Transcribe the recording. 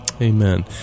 Amen